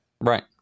Right